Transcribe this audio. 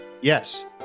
Yes